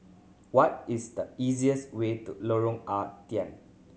what is the easiest way to Lorong Ah Thia